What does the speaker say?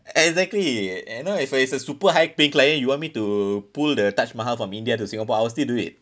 exactly you know if a it's a super high paying client you want me to pull the taj mahal from india to singapore I will still do it